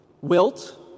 wilt